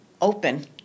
open